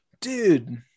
Dude